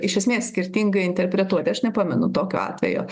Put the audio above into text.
iš esmės skirtingai interpretuoti aš nepamenu tokio atvejo